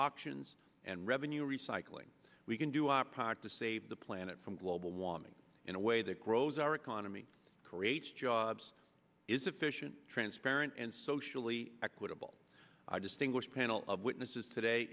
options and revenue recycling we can do our part to save the planet from global warming in a way that grows our economy creates jobs is efficient transparent and socially equitable our distinguished panel of witnesses today